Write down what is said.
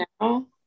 Now